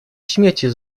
śmiecie